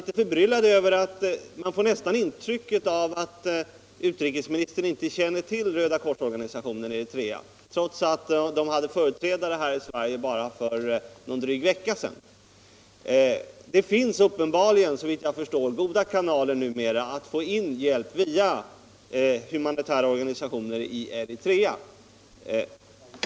Man får intrycket att utrikesministern inte känner till Rödakorsorganisationen i Eritrea, trots att organisationen hade företrädare här i Sverige för bara någon dryg vecka sedan. Jag är en aning förbryllad över detta. Det finns såvitt jag förstår numera goda möjligheter att få in hjälp i Eritrea via humanitära organisationer.